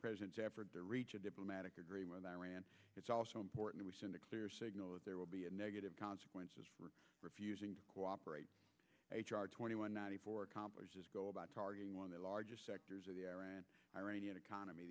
president's effort to reach a diplomatic agreement iran it's also important we send a clear signal that there will be a negative consequences for refusing to cooperate twenty one ninety four accomplish go about targeting one of the largest sectors of the iranian economy